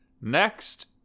Next